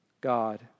God